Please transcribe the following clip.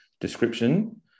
description